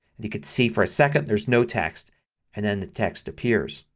and you can see for a second there's no text and then the text appears.